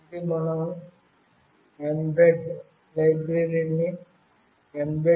ఇది మనం mbed లైబ్రరీని mbed